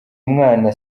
umwana